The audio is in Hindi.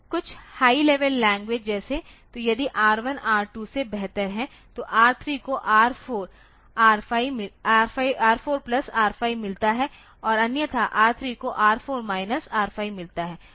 कुछ हाई लेवल लैंग्वेज जैसे तो यदि R1 R2 से बेहतर है तो R3 को R4 प्लस R5 मिलता है और अन्यथा R3 को R4 माइनस R5 मिलता है